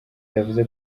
yavuze